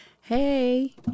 Hey